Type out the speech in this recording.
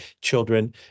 children